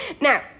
Now